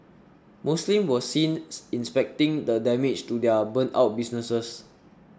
Muslims were seen inspecting the damage to their burnt out businesses